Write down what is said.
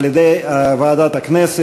על-ידי ועדת הכנסת,